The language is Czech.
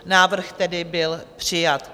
Návrh tedy byl přijat.